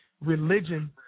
religion